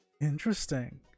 Interesting